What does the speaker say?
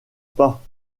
pas